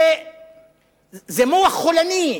זה מוח חולני,